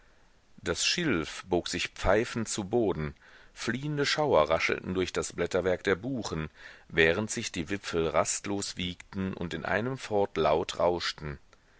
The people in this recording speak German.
das schilf bog sich pfeifend zu boden fliehende schauer raschelten durch das blätterwerk der buchen während sich die wipfel rastlos wiegten und in einem fort laut rauschten